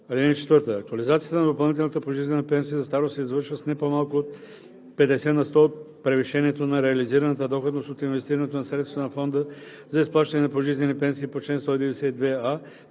годишна база. (4) Актуализацията на допълнителната пожизнена пенсия за старост се извършва с не по-малко от 50 на сто от превишението на реализираната доходност от инвестирането на средствата на фонда за изплащане на пожизнени пенсии по чл. 192а